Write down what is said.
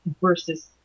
versus